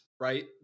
right